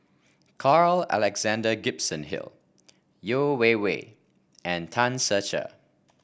Carl Alexander Gibson Hill Yeo Wei Wei and Tan Ser Cher